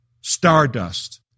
Stardust